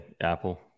Apple